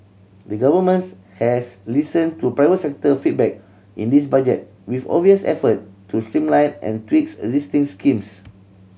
the Governments has listened to private sector feedback in this Budget with obvious effort to streamline and tweak existing schemes